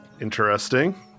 Interesting